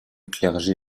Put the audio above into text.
clergé